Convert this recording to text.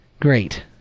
Great